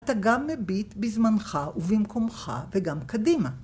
אתה גם מביט בזמנך ובמקומך וגם קדימה.